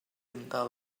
dal